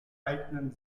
eignen